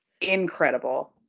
incredible